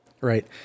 right